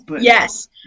Yes